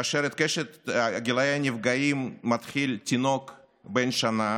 וקשת הגילים של הנפגעים מתחילה בתינוק בן שנה